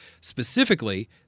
specifically